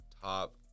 top